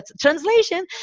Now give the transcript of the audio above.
translation